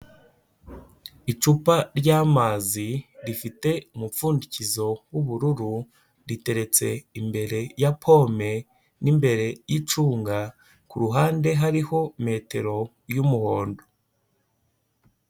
Icupa ry'amazi rifite umupfundikizo w'ubururu, riteretse imbere ya pome n'imbere yicunga, ku ruhande hariho metero y'umuhondo.